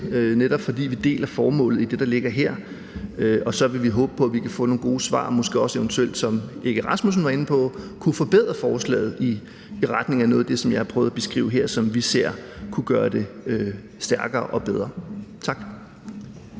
netop fordi vi deler formålet i det, der ligger her, og så vil vi håbe på, at vi kan få nogle gode svar, og måske også, som Søren Egge Rasmussen var inde på, at vi kan forbedre forslaget i retning af noget af det, som jeg har prøvet at beskrive her, som vi ser kunne gøre det stærkere og bedre. Tak.